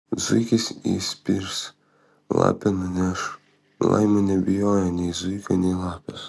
zuikis įspirs lapė nuneš laima nebijojo nei zuikio nei lapės